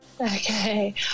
Okay